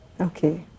okay